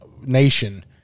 nation